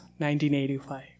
1985